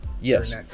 Yes